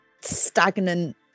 stagnant